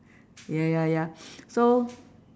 ya ya ya so